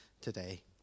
today